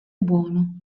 buono